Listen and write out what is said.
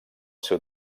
seu